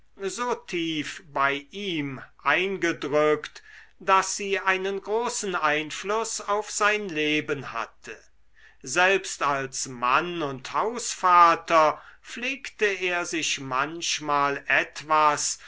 so tief bei ihm eingedrückt daß sie einen großen einfluß auf sein leben hatte selbst als mann und hausvater pflegte er sich manchmal etwas